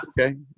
Okay